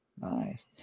nice